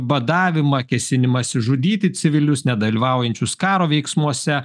badavimą kėsinimąsi žudyti civilius nedalyvaujančius karo veiksmuose